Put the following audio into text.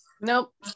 Nope